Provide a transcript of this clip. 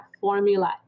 formula